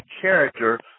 character